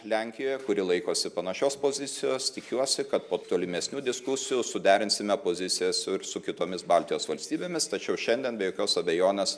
lenkijoje kuri laikosi panašios pozicijos tikiuosi kad po tolimesnių diskusijų suderinsime pozicijas ir su kitomis baltijos valstybėmis tačiau šiandien be jokios abejonės